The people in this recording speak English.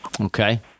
Okay